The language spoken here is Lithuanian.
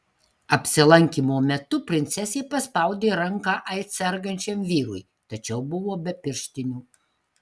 apsilankymo metu princesė paspaudė ranką aids sergančiam vyrui tačiau buvo be pirštinių